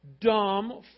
dumb